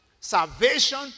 salvation